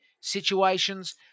situations